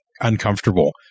uncomfortable